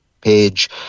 page